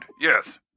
yes